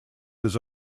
his